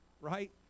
right